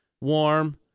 warm